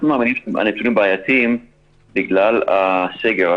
אנחנו מאמינים שהנתונים בעייתיים בגלל הסגר.